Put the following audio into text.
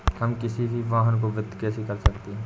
हम किसी भी वाहन को वित्त कैसे कर सकते हैं?